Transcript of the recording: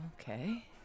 okay